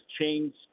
changed